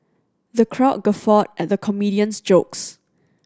the crowd guffawed at the comedian's jokes